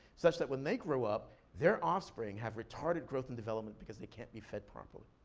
such that when they grow up, their offspring have retarded growth and development, because they can't be fed properly.